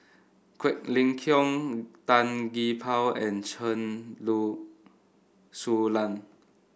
Quek Ling Kiong Tan Gee Paw and Chen Lu Su Lan